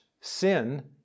sin